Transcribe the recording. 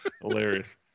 hilarious